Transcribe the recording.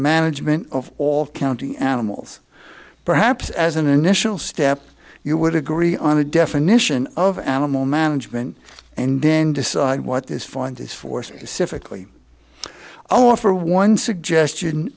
management of all county animals perhaps as an initial step you would agree on a definition of animal management and then decide what this find is forcing civically offer one suggestion